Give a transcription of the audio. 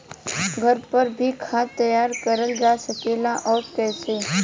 घर पर भी खाद तैयार करल जा सकेला और कैसे?